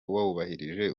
wubahirije